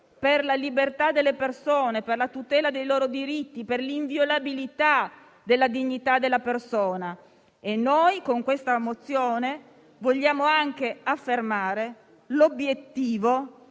per la libertà delle persone, per la tutela dei loro diritti, per l'inviolabilità della dignità della persona. Con la mozione in discussione vogliamo anche affermare l'obiettivo